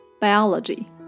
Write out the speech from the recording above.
biology